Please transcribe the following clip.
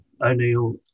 O'Neill